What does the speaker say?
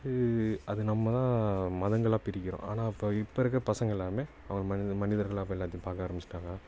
இது அது நம்ம தான் மதங்களாக பிரிக்கிறோம் ஆனால் இப்போ இப்போ இருக்கற பசங்க எல்லாமே அவங்க மனி மனிதர்களாக இப்போ எல்லாத்தையும் பார்க்க ஆரம்பிச்சிட்டாங்க